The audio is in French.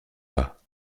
pas